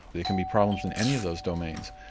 there can be problems in any of those domains.